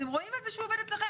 אתם רואים את זה שהוא עובד אצלכם